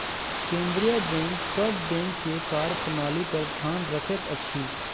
केंद्रीय बैंक सभ बैंक के कार्य प्रणाली पर ध्यान रखैत अछि